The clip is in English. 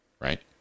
Right